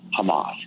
Hamas